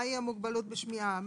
מה היא המוגבלות בשמיעה.